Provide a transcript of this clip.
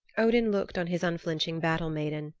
odin looked on his unflinching battle-maiden,